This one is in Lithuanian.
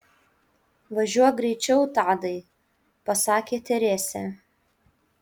važiuok greičiau tadai pasakė teresė